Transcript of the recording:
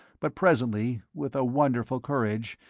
but presently, with a wonderful courage,